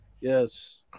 Yes